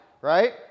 right